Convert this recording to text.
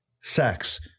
sex